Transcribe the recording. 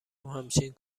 همچنین